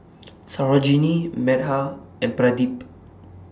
Sarojini Medha and Pradip